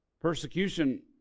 Persecution